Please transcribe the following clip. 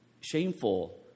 shameful